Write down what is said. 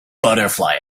butterfly